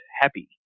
happy